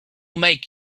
make